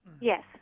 Yes